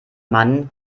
mann